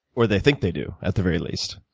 or they think they do at the very least.